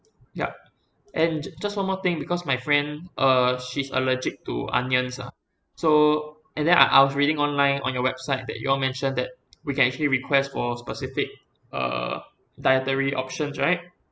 yup and ju~ just one more thing because my friend uh she's allergic to onions ah so and then I I was reading online on your website that you all mentioned that we can actually request for specific uh dietary options right